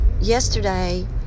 yesterday